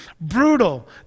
brutal